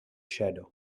shadows